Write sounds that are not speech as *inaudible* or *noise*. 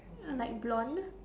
*noise* like blonde